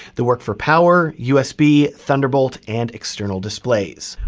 that work for power, usb, thunderbolt and external displays.